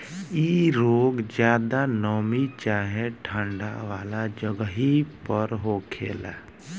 इ रोग ज्यादा नमी चाहे ठंडा वाला जगही पर होखेला